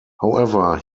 however